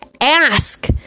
ask